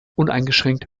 uneingeschränkt